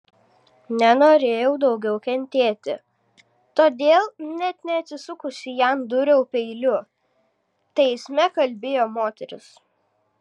nenorėjau daugiau kentėti todėl net neatsisukusi jam dūriau peiliu teisme kalbėjo moteris